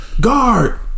Guard